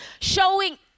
showing